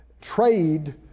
trade